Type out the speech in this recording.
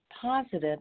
positive